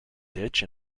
ditch